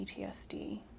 PTSD